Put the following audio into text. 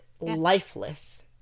lifeless